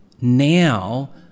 now